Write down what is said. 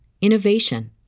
innovation